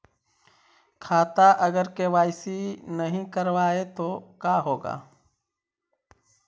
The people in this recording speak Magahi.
खाता अगर के.वाई.सी नही करबाए तो का होगा?